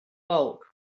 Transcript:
bulk